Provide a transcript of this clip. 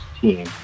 team